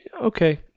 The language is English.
okay